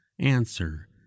Answer